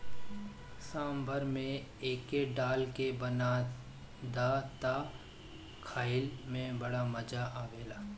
सांभर में एके डाल के बना दअ तअ खाइला में बड़ा मजा आवेला